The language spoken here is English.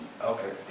Okay